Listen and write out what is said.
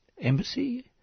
embassy